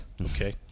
Okay